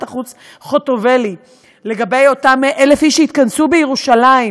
החוץ חוטובלי לגבי אותם 1,000 איש שהתכנסו בירושלים,